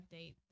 update